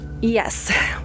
Yes